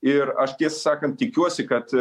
ir aš tiesą sakant tikiuosi kad